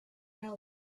helper